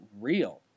real